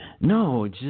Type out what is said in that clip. No